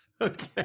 Okay